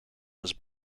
was